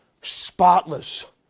spotless